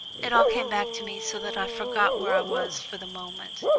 it all came back to me so that i forgot where i was for the moment,